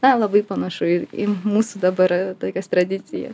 na labai panašu į į mūsų dabar tokias tradicijas